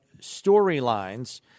storylines